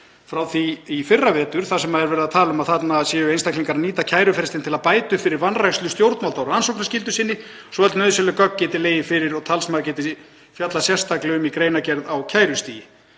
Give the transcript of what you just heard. frá því í fyrravetur þar sem verið er að tala um að þarna séu einstaklingar að nýta kærufrestinn til að bæta upp fyrir vanrækslu stjórnvalda á rannsóknarskyldu sinni, svo öll nauðsynleg gögn geti legið fyrir og talsmaður geti fjallað sérstaklega um þau í greinargerð á kærustigi.